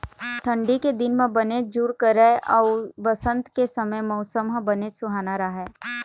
ठंडी के दिन म बनेच जूड़ करय अउ बसंत के समे मउसम ह बनेच सुहाना राहय